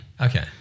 Okay